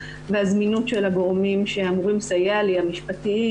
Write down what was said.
והזמינות של הגורמים שאמורים לסייע המשפטיים